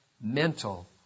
mental